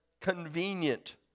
convenient